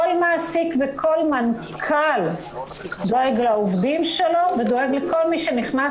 כל מעסיק וכל מנכ"ל דואג לעובדים שלו ודואג לכל מי שנכנס